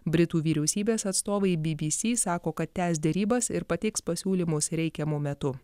britų vyriausybės atstovai bbc sako kad tęs derybas ir pateiks pasiūlymus reikiamu metu